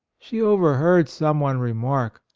she overheard some one remark,